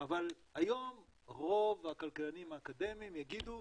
אבל היום רוב הכלכלנים האקדמיים יגידו,